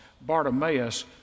Bartimaeus